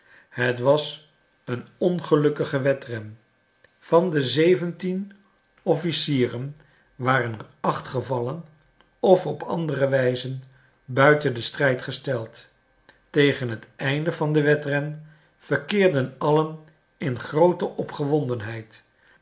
het was een ongelukkige wedren van zeventien officieren waren er acht gevallen of op andere wijze buiten den strijd gesteld tegen het einde van den wedren verkeerden allen in groote opgewondenheid